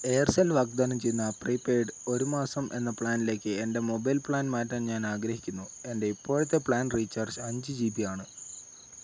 Aircel വാഗ്ദാനം ചെയ്യുന്ന prepaid ഒരു മാസം എന്ന പ്ലാനിലേക്ക് എൻ്റെ മൊബൈൽ പ്ലാൻ മാറ്റാൻ ഞാൻ ആഗ്രഹിക്കുന്നു എൻ്റെ ഇപ്പോഴത്തെ പ്ലാൻ റീചാർജ് അഞ്ച് ജി ബി ആണ്